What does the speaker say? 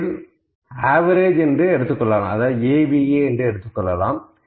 இதை AVE என்று எடுத்துக்கொள்வோம்